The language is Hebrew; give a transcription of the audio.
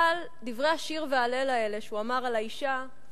אבל דברי השיר וההלל האלה שהוא אמר על האשה,